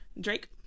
Drake